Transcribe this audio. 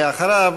ואחריו,